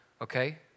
okay